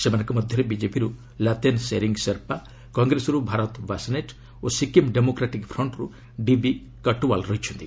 ସେମାନଙ୍କ ମଧ୍ୟରେ ବିଜେପିରୁ ଲାତେନ ସେରିଙ୍ଗ୍ ସେର୍ପା କଂଗ୍ରେସରୁ ଭରତ ବାସ୍ନେଟ ଓ ସିକିମ୍ ଡେମୋକ୍ରାଟିକ୍ ଫ୍ରଣ୍ଟ୍ରୁ ଡିବି କଟୁୱାଲ ଅଛନ୍ତି